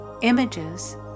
Images